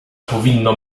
powinno